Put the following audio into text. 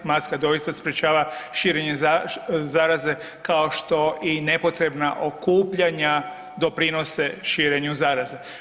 Maska doista sprječava širenje zaraze kao što i nepotrebna okupljanja doprinose širenju zaraze.